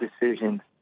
decision